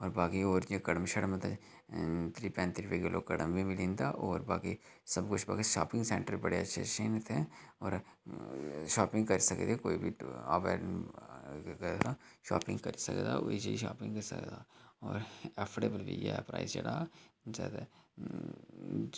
होर बाकी होर जियां कड़म शड़म ते त्रीह् पैंती रपेऽ किल्लो कड़म बी मिली जंदा होर बाकी सब कुछ बाकी शापिंग सैंटर बड़े अच्छे अच्छे न इत्थें होर शापिंग करी सकदे कोई बी आवै शापिंग करी सकदा हर किसे दी शापिंग करी सकदा होर ऐफडेवल बी ऐ प्राईस जेह्ड़ा जादा